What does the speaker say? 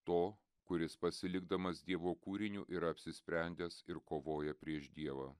to kuris pasilikdamas dievo kūriniu ir apsisprendęs ir kovoja prieš dievą